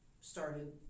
started